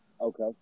Okay